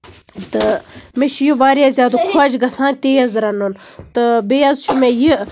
تہٕ مےٚ چھُ یہِ واریاہ زیادٕ خۄش گژھان تیز رَنُن تہٕ بیٚیہِ حظ چھُ مےٚ یہِ